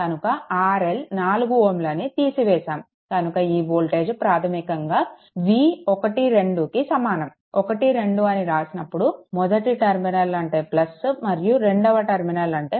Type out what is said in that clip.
కనుక RL 4 Ωను తీసివేశాము కనుక ఈ వోల్టేజ్ ప్రాధమికంగా V12 కి సమానం 12 అని రాసినప్పుడు 1 టర్మినల్ అంటే మరియు 2 అంటే